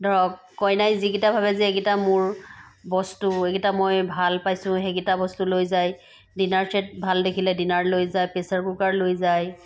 ধৰক কইনাই যিকেইটা ভাবে যে এইকেইটা মোৰ বস্তু এইকেইটা মই ভাল পাইছোঁ সেইকেইটা বস্তু লৈ যায় ডিনাৰ চেট ভাল দেখিলে ডিনাৰ লৈ যায় প্ৰেছাৰ কুকাৰ লৈ যায়